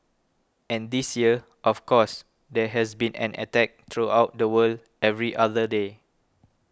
and this year of course there has been an attack throughout the world every other day